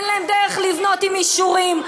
אין להם דרך לבנות עם אישורים,